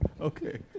Okay